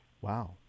Wow